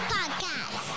Podcast